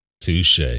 Touche